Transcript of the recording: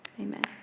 Amen